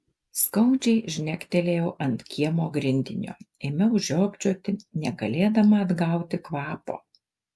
skaudžiai žnektelėjau ant kiemo grindinio ėmiau žiopčioti negalėdama atgauti kvapo